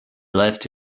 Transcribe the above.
left